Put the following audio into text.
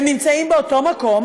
הם נמצאים באותו מקום,